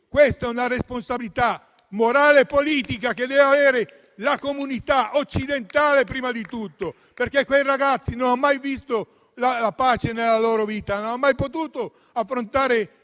questa è una responsabilità morale e politica che deve avere la comunità occidentale, prima di tutto. Quei ragazzi non hanno mai visto la pace nella loro vita, che non hanno mai potuto affrontare